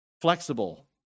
flexible